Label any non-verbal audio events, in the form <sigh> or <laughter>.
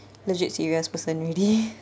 legit serious person already <laughs>